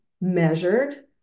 measured